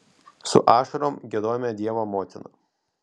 su ašarom giedojome dievo motiną